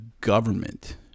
government